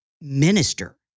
minister